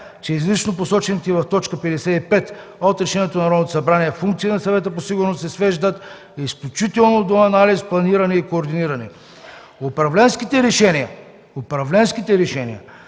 че изрично посочените в т. 55 от Решението на Народното събрание функции на Съвета по сигурност се свеждат изключително до анализ, планиране и координиране. Управленските решения